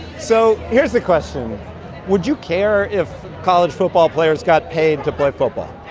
so here's the question would you care if college football players got paid to play football?